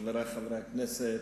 חברי חברי הכנסת,